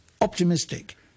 optimistic